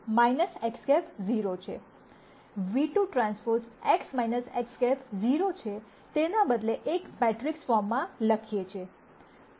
તેથી કે જે અમે v1 ν₁TX X̂ 0 છે ν₂TX X̂ 0 છે તેના બદલે એક મેટ્રિક્સ ફોર્મમાં લખીએ છે